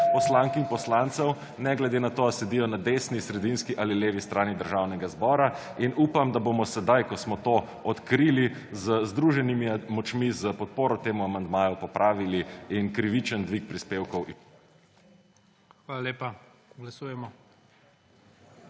poslank in poslancev ne glede na to ali sedijo na desni, sredinski ali levi strani Državnega zbora in upam, da bomo sedaj, ko smo to odkrili z združenimi močmi za podporo temu amandmaju popravili in krivičen dvig prispevkov …/ Izklop